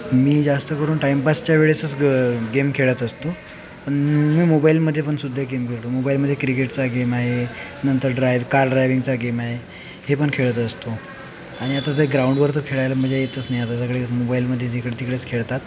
मी जास्त करून टाइमपासच्या वेळेसच गेम खेळत असतो पण मी मोबाइलमध्ये पण सुद्धा गेम खेळतो मोबाइलमध्ये क्रिकेटचा गेम आहे नंतर ड्राय कार ड्रायव्हिंगचा गेम आहे हे पण खेळत असतो आणि आता ते ग्राउंडवर तर खेळायला म्हणजे मजा येतच नाही आता सगळे मोबाइलमध्येच जिकडं तिकडंच खेळतात